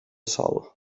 sòl